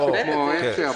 משהו כמו 10:00?